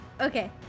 Okay